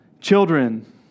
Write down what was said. Children